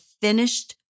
finished